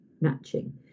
matching